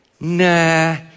nah